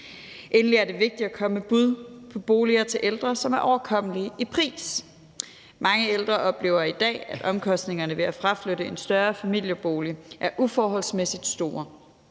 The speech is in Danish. Endelig er det vigtigt at komme med bud på boliger til ældre, som er overkommelige i pris. Mange ældre oplever i dag, at omkostningerne ved at fraflytte en større familiebolig er uforholdsmæssigt store,